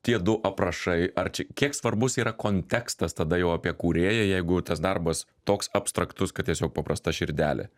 tie du aprašai ar čia kiek svarbus yra kontekstas tada jau apie kūrėją jeigu tas darbas toks abstraktus kad tiesiog paprasta širdelė